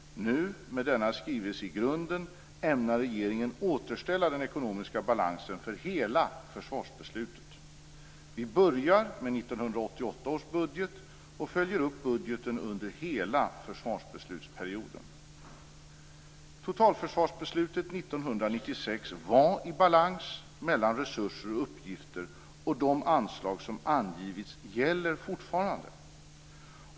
Nu, med denna skrivelse i grunden, ämnar regeringen återställa den ekonomiska balansen för hela försvarsbeslutet. Vi börjar med 1998 års budget och följer sedan upp budgeten under hela försvarsbeslutsperioden. Totalförsvarsbeslutet 1996 var i balans mellan resurser och uppgifter, och de anslag som har angivits gäller fortfarande.